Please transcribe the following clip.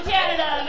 Canada